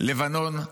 לבנון השנייה.